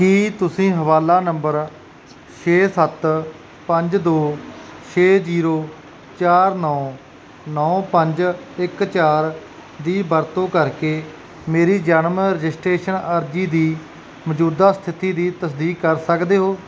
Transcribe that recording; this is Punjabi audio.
ਕੀ ਤੁਸੀਂ ਹਵਾਲਾ ਨੰਬਰ ਛੇ ਸੱਤ ਪੰਜ ਦੋ ਛੇ ਜੀਰੋ ਚਾਰ ਨੌ ਨੌ ਪੰਜ ਇੱਕ ਚਾਰ ਦੀ ਵਰਤੋਂ ਕਰਕੇ ਮੇਰੀ ਜਨਮ ਰਜਿਸਟ੍ਰੇਸ਼ਨ ਅਰਜ਼ੀ ਦੀ ਮੌਜੂਦਾ ਸਥਿਤੀ ਦੀ ਤਸਦੀਕ ਕਰ ਸਕਦੇ ਹੋ